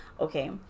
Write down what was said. Okay